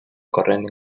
corrent